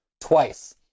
twice